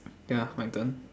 ya my turn